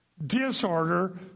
Disorder